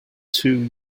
two